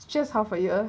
it's just half a year